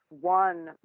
one